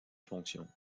fonctions